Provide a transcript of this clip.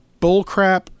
bullcrap